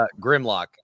Grimlock